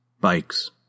Bikes